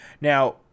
Now